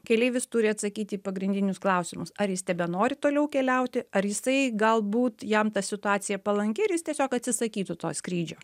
keleivis turi atsakyti į pagrindinius klausimus ar jis tebenori toliau keliauti ar jisai galbūt jam ta situacija palanki ir jis tiesiog atsisakytų to skrydžio